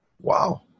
Wow